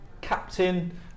captain